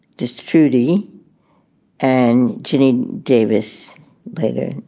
just trudy and janine davis later,